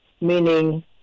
meaning